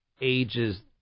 ages